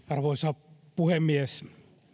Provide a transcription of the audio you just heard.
arvoisa puhemies